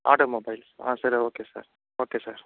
automobiles సరే okay sir okay sir